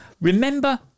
Remember